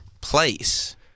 place